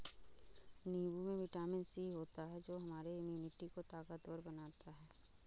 नींबू में vitamin C होता है जो हमारे इम्यूनिटी को ताकतवर बनाता है